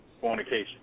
fornication